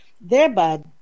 thereby